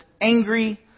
angry